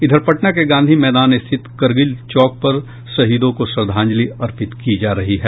इधर पटना के गांधी मैदान स्थिति कारगिल चौक पर शहीदों को श्रद्धाजंलि अर्पित की जा रही है